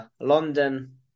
London